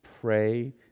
pray